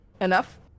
enough